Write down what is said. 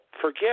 forget